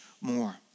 more